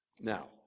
Now